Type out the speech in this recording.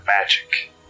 magic